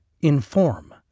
inform